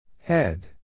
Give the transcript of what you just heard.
Head